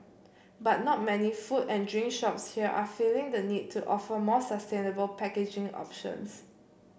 but not many food and drink shops here are feeling the need to offer more sustainable packaging options